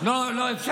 לא הבנתי.